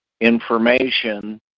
information